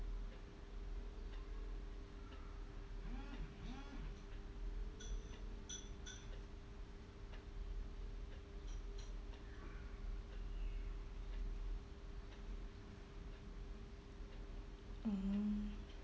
mmhmm